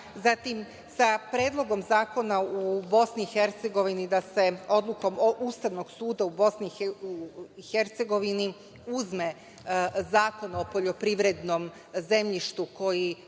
zatim sa Predlogom zakona u BiH da se odlukom Ustavnog suda u BiH uzme Zakon o poljoprivrednom zemljištu na